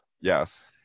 Yes